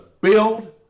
build